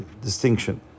distinction